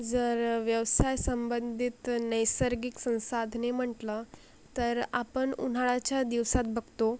जर व्यवसाय संबंधित नैसर्गिक संसाधने म्हटलं तर आपण उन्हाळ्याच्या दिवसात बघतो